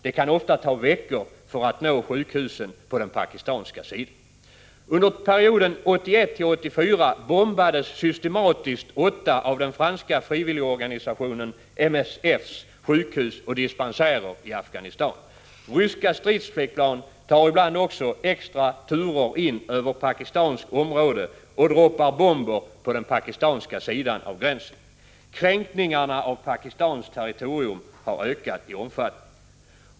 Det kan ofta ta veckor att nå sjukhusen på den pakistanska sidan. Under perioden 1981-1984 bombades systematiskt åtta av den franska frivilligorganisationen MSF:s sjukhus och dispensärer i Afghanistan. Ryska stridsflygplan tar ibland också extra turer in över pakistanskt område och fäller bomber på den pakistanska sidan av gränsen. Kränkningarna av pakistanskt territorium har ökat i omfattning.